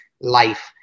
life